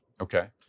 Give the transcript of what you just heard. Okay